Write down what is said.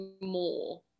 more